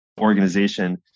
organization